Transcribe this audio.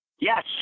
Yes